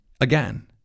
again